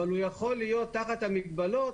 אבל הוא יכול להיות תחת המגבלות,